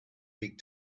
big